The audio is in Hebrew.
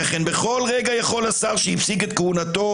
שכן בכל רגע יכול השר שהפסיק את כהונתו